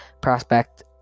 prospect